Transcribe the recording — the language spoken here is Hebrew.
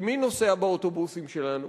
כי מי נוסע באוטובוסים שלנו?